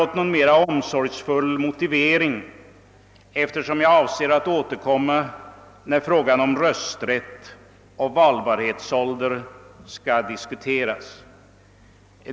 Jag skall inte ge någon ingående motivering för motionen, eftersom jag avser att återkomma när frågan om rösträttsoch valbarhetsålder skall diskuteras.